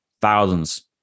thousands